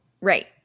Right